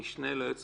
המשנה ליועמ"ש